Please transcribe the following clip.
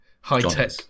high-tech